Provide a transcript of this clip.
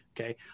Okay